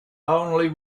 only